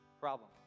problem